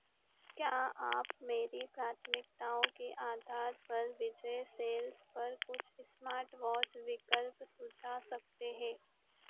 क्या आप मेरी प्राथमिकताओं के आधार पर विजय सेल्स पर कुछ स्मार्टवॉच विकल्प सुझा सकते हैं